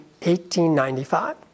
1895